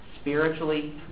Spiritually